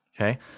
okay